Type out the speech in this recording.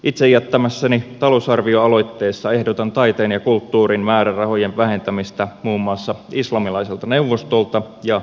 itse jättämässäni talousarvioaloitteessa ehdotan taiteen ja kulttuurin määrärahojen vähentämistä muun muassa islamilaiselta neuvostolta ja ihmisoikeusliitolta